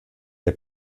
der